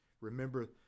Remember